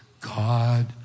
God